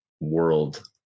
world